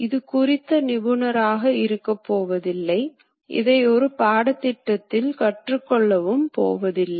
இதேபோல் துல்லியமான இயக்கத்தை உருவாக்கும் பந்து திருகு போன்ற ஏற்பாடுகள் உள்ளன